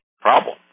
problem